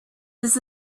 this